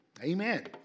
Amen